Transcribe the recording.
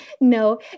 No